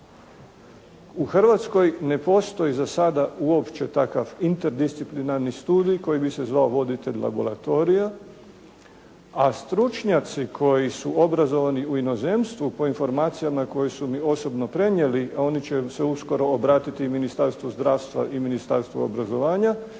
U Hrvatskoj ne postoji za sada uopće takav interdisciplinarni studij koji bi se zvao voditelj laboratorija a stručnjaci koji su obrazovani u inozemstvu po informacijama koje su mi osobno prenijeli, a oni će se uskoro obratiti i Ministarstvu zdravstva i Ministarstvu obrazovanja